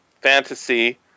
fantasy